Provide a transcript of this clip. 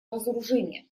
разоружения